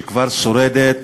שכבר שורדת